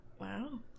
Wow